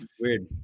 weird